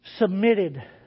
submitted